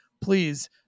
please